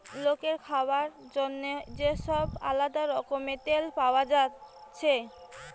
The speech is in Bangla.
লোকের খাবার জন্যে যে সব আলদা রকমের তেল পায়া যাচ্ছে